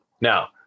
now